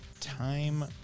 time